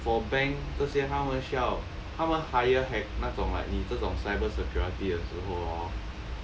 for bank 这些他们需要他们 hire hack 那种 like 你这种 cybersecurity 的时候哦